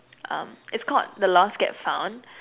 um it's called the lost get found